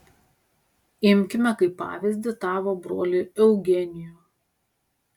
imkime kaip pavyzdį tavo brolį eugenijų